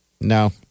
No